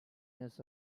years